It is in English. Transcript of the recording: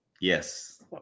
Yes